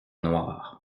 noir